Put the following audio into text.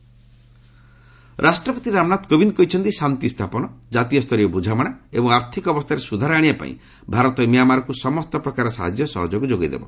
president visit ରାଷ୍ଟ୍ରପତି ରାମନାଥ କୋବିନ୍ଦ କହିଛନ୍ତି ଶାନ୍ତି ସ୍ଥାପନ ଜାତୀୟ ସ୍ତରୀୟ ବୁଝାମଣା ଏବଂ ଆର୍ଥିକ ଅବସ୍ଥାରେ ସୁଧାର ଆଶିବା ପାଇଁ ଭାରତ ମିଆଁମାରକୁ ସମସ୍ତ ପ୍ରକାର ସାହାଯ୍ୟ ସହଯୋଗ ଯୋଗାଇଦେବ